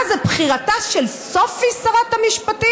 מה זה, בחירתה של סופי, שרת המשפטים?